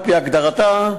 על-פי הגדרתה,